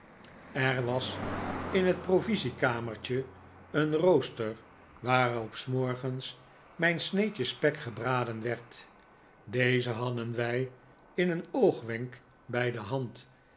er was in het provisiekamertje een rooster waarop s morgens mijn sneetje spek gebraden werd dezen hadden wij in een oogwenk bij de hand